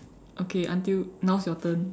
okay until now is your turn